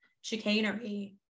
chicanery